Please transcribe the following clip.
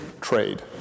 trade